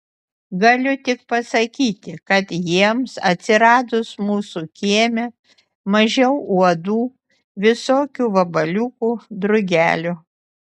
galiu tik pasakyti kad jiems atsiradus mūsų kieme mažiau uodų visokių vabaliukų drugelių